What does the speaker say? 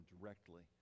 directly